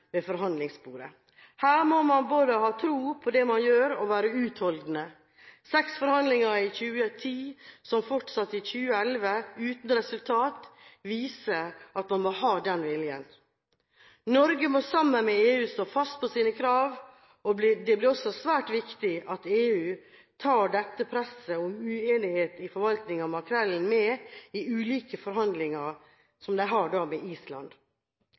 ved forhandlingsbordet. Her må man både ha tro på det man gjør, og være utholdende. Seks forhandlinger i 2010 som fortsatte i 2011 uten resultat, viser at man må ha den viljen. Norge må sammen med EU stå fast på sine krav, og det blir også svært viktig at EU tar dette presset om uenighet i forvaltningen av makrellen med i ulike forhandlinger de har med Island.